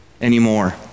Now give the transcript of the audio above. anymore